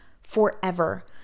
forever